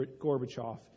Gorbachev